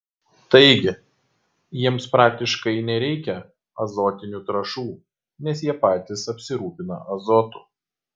taigi jiems praktiškai nereikia azotinių trąšų nes jie patys apsirūpina azotu